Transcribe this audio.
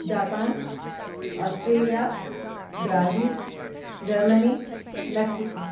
Japan Australia Brazil Germany Mexico